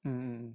mm mm mm